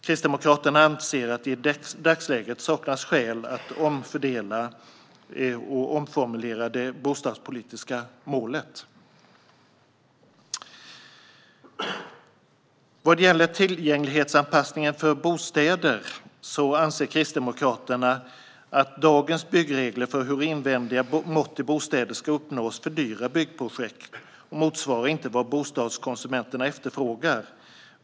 Kristdemokraterna anser att det i dagsläget saknas skäl att omformulera det bostadspolitiska målet. Vad gäller tillgänglighetsanpassning av bostäder anser Kristdemokraterna att dagens byggregler för hur invändiga mått i bostäder ska uppnås fördyrar byggprojekt och inte motsvarar vad bostadskonsumenterna efterfrågar.